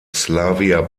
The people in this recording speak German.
slavia